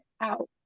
out